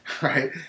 right